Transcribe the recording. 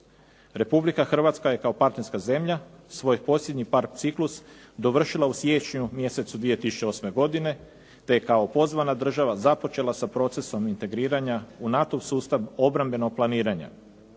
Republika Hrvatska je kao partnerska zemlja svoj posljednji PARP ciklus dovršila u siječnju mjesecu 2008. godine te je kao pozvana država započela sa procesom integriranja u NATO-ov sustav obrambenog planiranja.